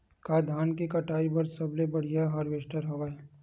का धान के कटाई बर सबले बढ़िया हारवेस्टर हवय?